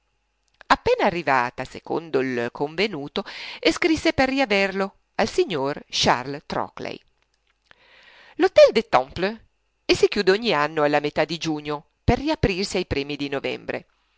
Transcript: appena arrivata secondo il convenuto scrisse per riaverlo al signor charles trockley l'htel des temples si chiude ogni anno alla metà di giugno per riaprirsi ai primi di novembre